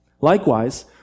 Likewise